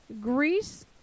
Greece